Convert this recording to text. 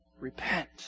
Repent